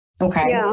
okay